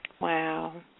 Wow